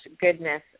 goodness